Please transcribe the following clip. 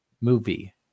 movie